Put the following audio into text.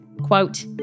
quote